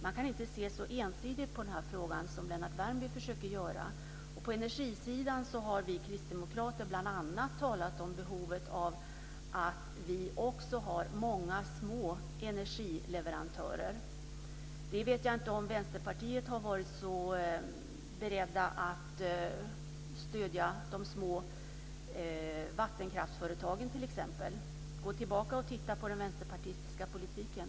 Man kan inte se så ensidigt på den här frågan som Lennart Värmby försöker göra. På energisidan har vi kristdemokrater bl.a. talat om behovet av att vi också har många små energileverantörer. Jag vet inte om man i Vänsterpartiet har varit så beredd att stödja t.ex. de små vattenkraftföretagen. Gå tillbaka och titta på den vänsterpartistiska politiken!